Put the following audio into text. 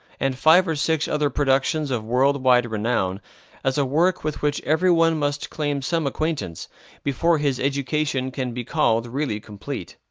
and five or six other productions of world-wide renown as a work with which every one must claim some acquaintance before his education can be called really complete.